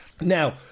Now